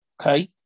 Okay